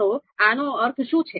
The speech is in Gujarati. તો આનો અર્થ શું છે